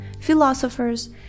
philosophers